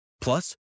Plus